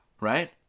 Right